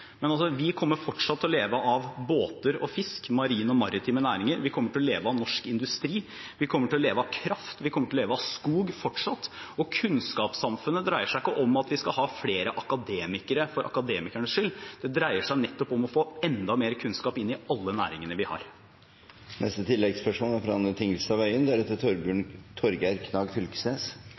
Men vi kommer fortsatt til å leve av båter og fisk, av marine og maritime næringer, vi kommer til å leve av norsk industri, vi kommer til å leve av kraft, vi kommer fortsatt til å leve av skog. Og kunnskapssamfunnet dreier seg ikke om at vi skal ha flere akademikere for akademikernes skyld. Det dreier seg om å få enda mer kunnskap inn i alle næringene vi har.